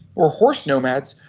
or horse nomads,